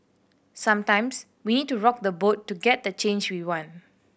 sometimes we need to rock the boat to get the change we want